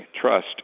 trust